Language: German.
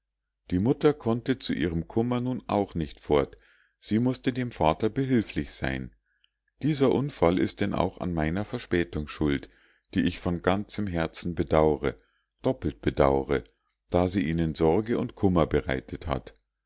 die mutter konnte zu ihrem kummer nun auch nicht fort sie mußte dem vater behilflich sein dieser unfall ist denn auch an meiner verspätung schuld die ich von ganzem herzen bedaure doppelt bedaure da sie ihnen sorge und kummer bereitet hat